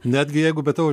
netgi jeigu be tavo